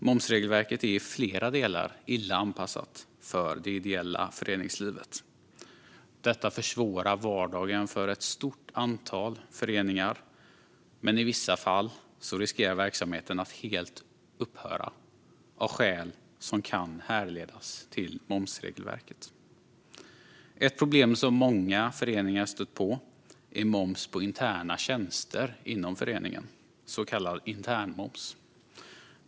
Momsregelverket är i flera delar illa anpassat för det ideella föreningslivet. Detta försvårar vardagen för ett stort antal föreningar, men i vissa fall riskerar verksamheten att helt upphöra av skäl som kan härledas till momsregelverket. Ett problem som många föreningar stött på är moms på interna tjänster inom föreningen, så kallad internmoms.